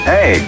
Hey